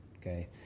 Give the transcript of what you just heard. okay